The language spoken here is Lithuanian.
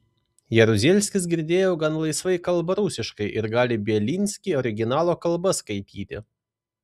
jaruzelskis girdėjau gan laisvai kalba rusiškai ir gali bielinskį originalo kalba skaityti